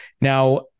Now